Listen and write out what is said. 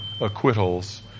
acquittals